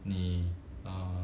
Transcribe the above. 你 uh